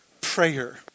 prayer